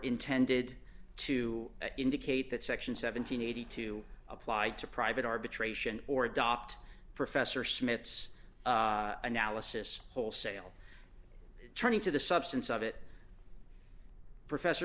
intended to indicate that section seven hundred and eighty two applied to private arbitration or adopt professor smith's analysis wholesale turning to the substance of it professor